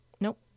nope